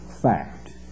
fact